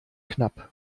knapp